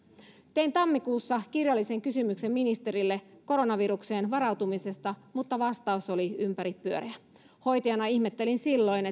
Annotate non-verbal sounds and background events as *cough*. tein tammikuussa kirjallisen kysymyksen ministerille koronavirukseen varautumisesta mutta vastaus oli ympäripyöreä hoitajana ihmettelin silloin *unintelligible*